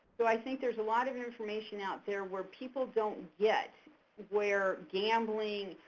so i think there's a lot of information out there where people don't get where gambling,